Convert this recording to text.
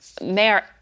Mayor